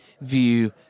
view